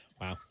Wow